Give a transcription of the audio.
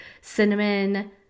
cinnamon